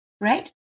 right